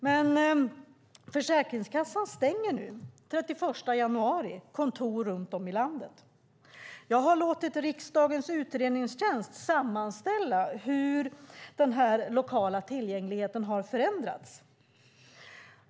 Den 31 januari stänger dock Försäkringskassan kontor runt om i landet. Jag har låtit riksdagens utredningstjänst sammanställa hur den lokala tillgängligheten har förändrats.